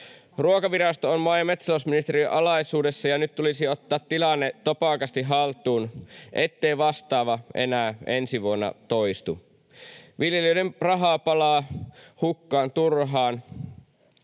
Ruokavirasto on maa- ja metsätalousministeriön alaisuudessa, ja nyt tulisi ottaa tilanne topakasti haltuun, ettei vastaava enää ensi vuonna toistu. Viljelijöiden rahaa palaa hukkaan turhaan,